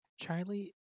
Charlie